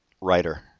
Writer